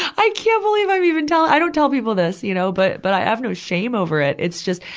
i can't believe i'm even tell, i don't tell people this, you know. but, but i have no shame over it. it's just,